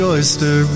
Oyster